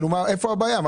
איפה הבעיה?